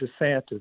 DeSantis